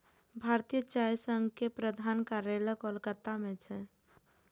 भारतीय चाय संघ के प्रधान कार्यालय कोलकाता मे छै